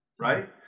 Right